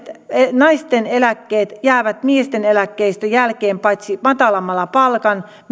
naisten eläkkeet jäävät miesten eläkkeistä jälkeen paitsi matalamman palkan